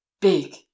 big